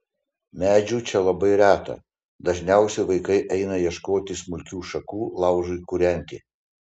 medžių čia labai reta dažniausiai vaikai eina ieškoti smulkių šakų laužui kūrenti